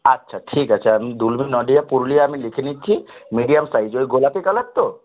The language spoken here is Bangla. আচ্ছা ঠিক আছে আমি পুরুলিয়া আমি লিখে নিচ্ছি মিডিয়াম সাইজ ওই গোলাপি কালার তো